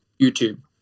YouTube